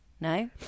No